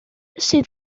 sydd